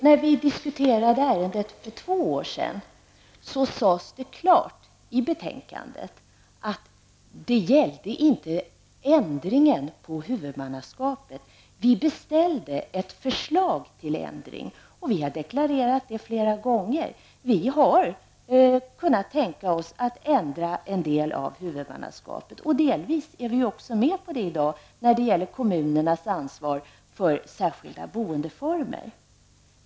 När vi diskuterade ärendet för två år sedan sades det klart i betänkandet att det inte gällde ändringen av huvudmannaskapet. Vi beställde ett förslag till ändring. Vi har deklarerat det flera gånger: Vi har kunnat tänka oss att ändra en del av huvudmannaskapet. Delvis är vi också med på det i dag, nämligen när det gäller kommunernas ansvar för särskilda boendeformer.